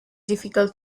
difficult